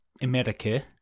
America